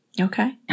Okay